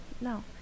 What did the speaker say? No